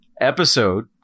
episode